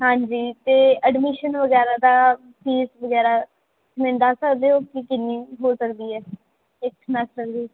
ਹਾਂਜੀ ਅਤੇ ਐਡਮਿਸ਼ਨ ਵਗੈਰਾ ਦਾ ਫੀਸ ਵਗੈਰਾ ਮੈਨੂੰ ਦੱਸ ਸਕਦੇ ਹੋ ਕਿ ਕਿੰਨੀ ਹੋ ਸਕਦੀ ਹੈ ਇੱਕ ਸਮੈਸਟਰ ਦੀ